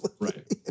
right